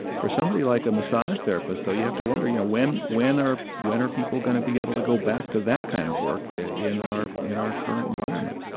for somebody like a massage therapist, though, you have to wonder, you know, when when are are people going to be able to go back to that kind of work in our in our current environment?